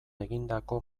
egindako